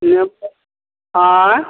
आँय